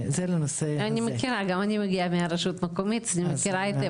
גם אני מגיעה מרשות מקומית אז אני מכירה היטב.